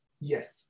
Yes